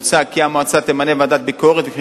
מוצע כי המועצה תמנה ועדת ביקורת וכי